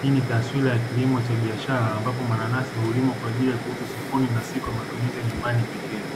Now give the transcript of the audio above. hii ni taswira ya kilimo cha biashara ambapo mananasi hulimwa kwa ajili ya kuuzwa sokoni na si kwa matumizi ya nyumbani pekee.